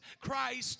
Christ